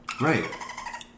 right